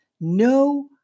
no